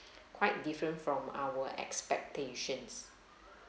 quite different from our expectations